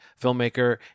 filmmaker